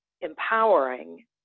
empowering